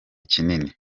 kinini